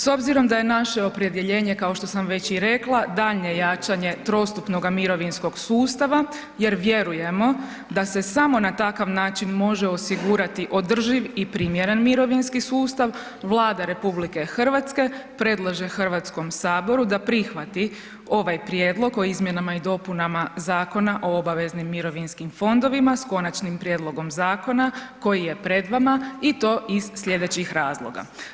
S obzirom da je naše opredjeljenje kao što sam već i rekla, daljnje jačanje trostupnoga mirovinskog sustava jer vjerujemo da se samo na takav način može osigurati održiv i primjeren mirovinski sustav, Vlada RH predlaže HS-u da prihvati ovaj Prijedlog o izmjenama i dopunama Zakona o obveznim mirovinskom fondovima, s Konačnim prijedlogom Zakona koji je pred vama i to iz sljedećih razloga.